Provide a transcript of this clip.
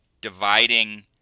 dividing